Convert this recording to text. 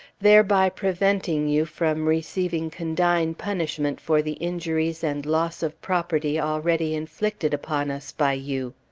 thereby preventing you from receiving condign punishment for the injuries and loss of property already inflicted upon us by you.